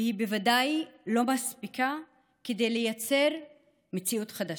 והיא בוודאי לא מספיקה כדי לייצר מציאות חדשה.